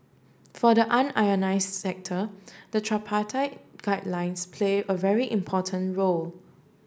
for the sector the tripartite guidelines play a very important role